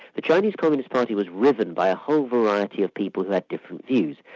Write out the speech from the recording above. the chinese communist party was riven by a whole variety of people who had different views.